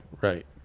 right